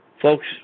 folks